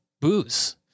booze